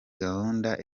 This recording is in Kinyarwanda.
gahunda